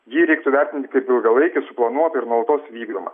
jį reiktų vertinti kaip ilgalaikį suplanuotą ir nuolatos vykdomą